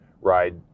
ride